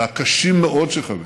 הקשים מאוד שחווינו,